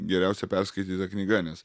geriausia perskaityta knyga nes